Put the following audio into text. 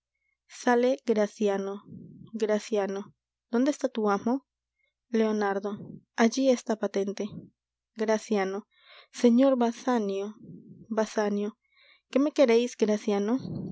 sale graciano graciano dónde está tu amo leonardo allí está patente graciano señor basanio basanio qué me quereis